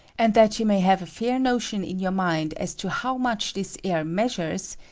and that you may have a fair notion in your mind as to how much this air measures,